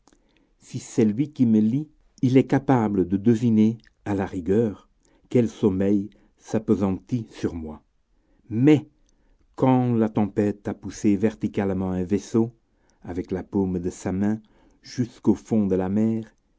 si c'est lui qui me lit il est capable de deviner à la rigueur quel sommeil s'appesantit sur moi mais quand la tempête a poussé verticalement un vaisseau avec la paume de sa main jusqu'au fond de la mer